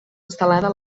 instal·lada